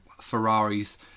Ferrari's